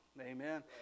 Amen